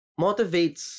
motivates